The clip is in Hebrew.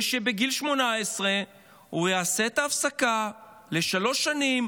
ובגיל 18 הוא יעשה הפסקה לשלוש שנים,